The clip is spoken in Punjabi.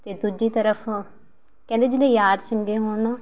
ਅਤੇ ਦੂਜੀ ਤਰਫ਼ ਕਹਿੰਦੇ ਜਿਹਦੇ ਯਾਰ ਚੰਗੇ ਹੋਣ ਨਾ